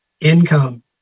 income